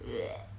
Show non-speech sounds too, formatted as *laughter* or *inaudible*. *noise*